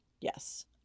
Yes